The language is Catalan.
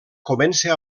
comença